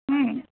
হুম